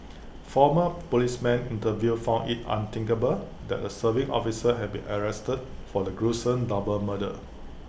former policemen interviewed found IT unthinkable that A serving officer had been arrested for the gruesome double murder